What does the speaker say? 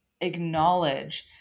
acknowledge